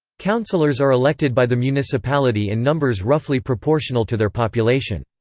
councilors are elected by the municipality in numbers roughly proportional to their population.